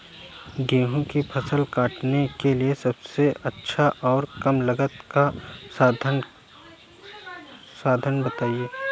गेहूँ की फसल काटने के लिए सबसे अच्छा और कम लागत का साधन बताएं?